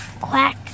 quack